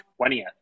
20th